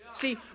See